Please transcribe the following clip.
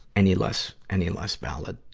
any less, any less valid.